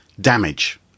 damage